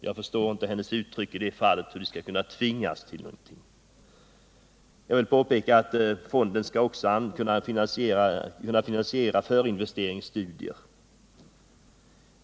Jag förstår inte hennes uttryck att de skulle tvingas till någonting. Fonden skall också kunna finansiera förinvesteringsstudier.